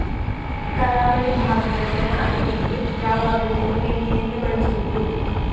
ಕರಾವಳಿ ಭಾಗದ ಜನ ಅಡಿಗೆಗೆ ಯಾವಾಗ್ಲೂ ತೆಂಗಿನ ಎಣ್ಣೆಯನ್ನೇ ಬಳಸುದು